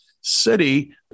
city